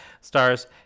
Stars